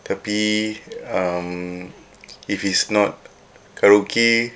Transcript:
tapi um if it's not karaoke